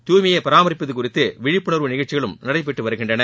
தூய்மையை பராமரிப்பது குறித்து விழிப்புணர்வு நிகழ்ச்சிகளும் நடைபெற்று வருகின்றன